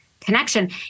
connection